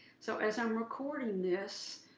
so as i'm recording this,